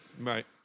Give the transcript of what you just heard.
Right